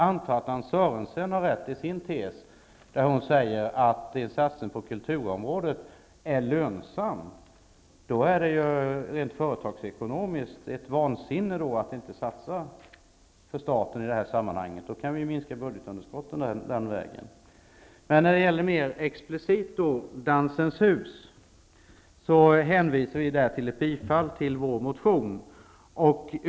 Anta att Anne Sörensen har rätt i sin tes, där hon säger att en satsning på kulturområdet är lönsam. Då är det ju rent företagskonomiskt vansinne för staten att inte göra det, därför att då kunde vi ju minska budgetunderskottet den vägen. När det gäller mer explicit Dansens hus yrkar vi bifall till vår motion.